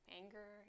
anger